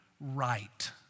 right